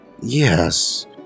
yes